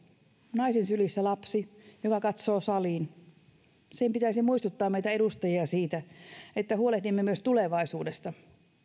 naisen sylissä lapsi joka katsoo saliin sen pitäisi muistuttaa meitä edustajia siitä että huolehdimme myös tulevaisuudesta